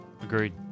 Agreed